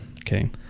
Okay